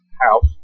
house